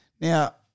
Now